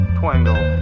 twangle